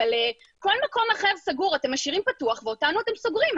אבל כל מקום סגור אחר אתם משאירים פתוח ואותנו אתם סוגרים.